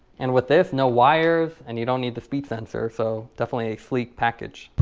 and with this no wires and you don't need the speed sensor so definitely a sleek package.